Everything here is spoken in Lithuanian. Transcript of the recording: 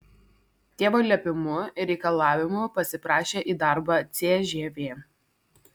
tėvo liepimu ir reikalavimu pasiprašė į darbą cžv